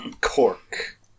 Cork